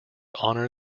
honor